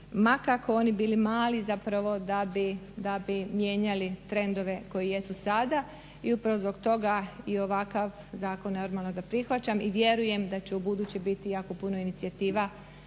ma kako oni bili mali, zapravo da bi mijenjali trendove koji jesu sada. I upravo zbog toga i ovakav zakon normalno da prihvaćam i vjerujem da će ubuduće biti jako puno inicijativa